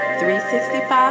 365